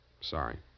Sorry